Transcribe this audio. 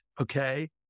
Okay